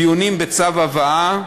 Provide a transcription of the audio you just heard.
דיונים בצו הבאה,